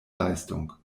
leistung